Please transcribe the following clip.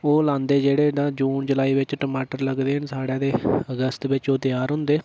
ओह् लांदे जेह्ड़े तां जून जुलाई बिच टमाटर लगदे न साढ़े ते अगस्त बिच ओह् त्यार होंदे न